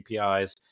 APIs